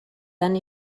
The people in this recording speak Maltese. dan